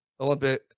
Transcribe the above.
Olympic